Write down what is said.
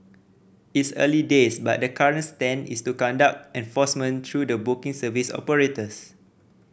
it's early days but the current stance is to conduct enforcement through the booking service operators